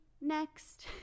Next